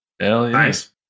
Nice